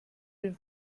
den